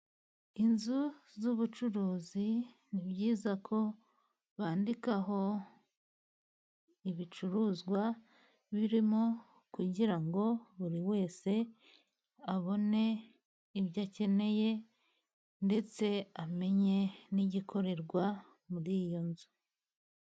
Inzu z'ubucuruzi ni byiza ko bandikaho ibicuruzwa birimo, kugira ngo buri wese abone ibyo akeneye, ndetse amenye n'igikorerwa muri iyo nzu.